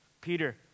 Peter